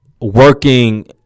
working